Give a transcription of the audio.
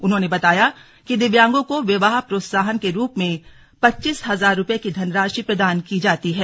उन्होंने बताया कि दिव्यांगों को विवाह प्रोत्साहन के रूप में पच्चीस हजार रपये की धनराशि प्रदान की जाती है